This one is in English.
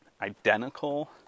identical